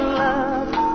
love